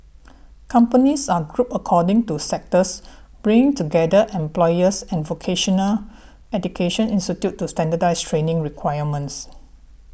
companies are grouped according to sectors bringing together employers and vocational education institutes to standardise training requirements